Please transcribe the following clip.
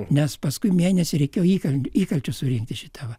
nes paskui mėnesį reikėjo įkaln įkalčius surinkti šita va